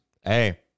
hey